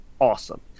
awesome